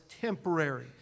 temporary